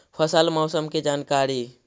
फसल मौसम के जानकारी?